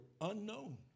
unknown